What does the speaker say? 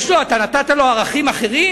אתה נתת לו ערכים אחרים?